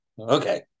okay